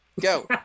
Go